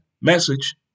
Message